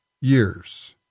years